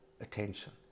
attention